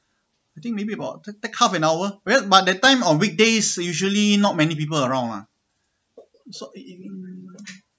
I think maybe about take half an hour but that time on weekdays usually not many people around lah